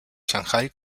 shanghai